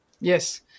Yes